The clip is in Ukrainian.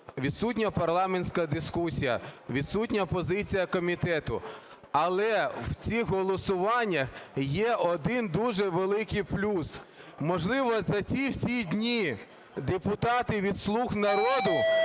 відсутня парламентська дискусія, відсутня позиція комітету. Але в цих голосуваннях є один дуже великий плюс: можливо, за ці всі дні депутати від "Слуга народу"